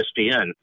ESPN